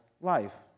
life